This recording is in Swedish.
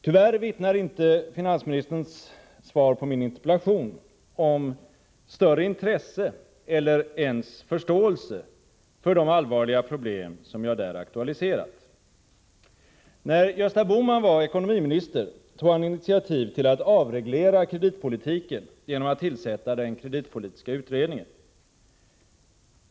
Tyvärr vittnar inte finansministerns svar på min interpellation om större intresse eller ens förståelse för de allvarliga problem som jag där aktualiserat. När Gösta Bohman var ekonomiminister tog han initiativ till att avreglera kreditpolitiken genom att tillsätta den kreditpolitiska utredningen.